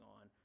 on